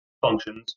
functions